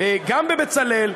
גם ב"בצלאל",